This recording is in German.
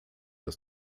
das